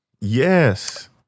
Yes